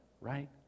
right